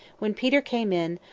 when peter came in,